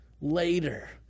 later